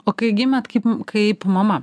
o kai gimėt kaip kaip mama